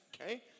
Okay